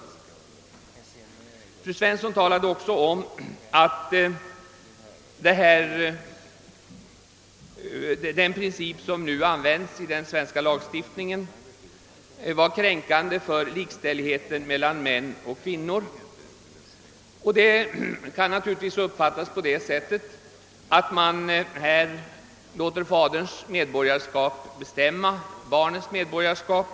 Fru Svensson talade också om att den princip som nu tillämpas i den svenska lagstiftningen kränkte principen om likställighet mellan män och kvinnor. Det kan naturligtvis uppfattas på det sättet, när man här låter faderns medborgarskap bestämma barnets medborgarskap.